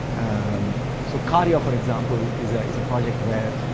um so, karya for example, is ah is a project where